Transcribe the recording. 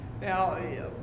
Now